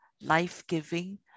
life-giving